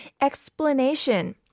explanation